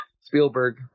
Spielberg